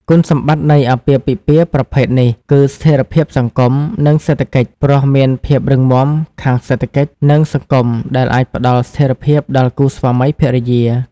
គុណសម្បត្តិនៃអាពាហ៍ពិពាហ៍ប្រភេទនេះ គឺស្ថិរភាពសង្គម និងសេដ្ឋកិច្ចព្រោះមានភាពរឹងមាំខាងសេដ្ឋកិច្ច និងសង្គមដែលអាចផ្តល់ស្ថិរភាពដល់គូស្វាមីភរិយា។